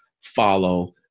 follow